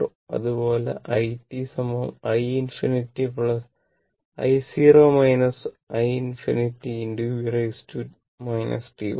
അതുപോലെ i i ∞ i i ∞ e t tau